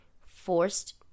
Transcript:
forced